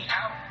out